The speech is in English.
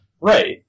Right